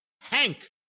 Hank